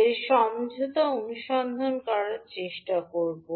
এর সমঝোতা অনুসন্ধান করার চেষ্টা করব